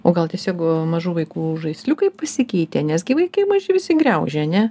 o gal tiesiog mažų vaikų žaisliukai pasikeitė nes gi vaikai maži visi graužia ar ne